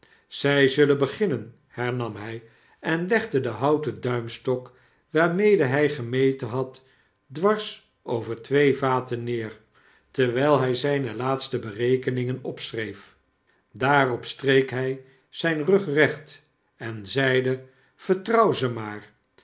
zy zullen beginnen hernam hy en legde den houten duimstok waarmede hy gemeten had dwars over twee vaten neer terwyl hij zyne laatste berekening opschreef daarop streek hij zijn rug recht en zeide vertrouw ze maar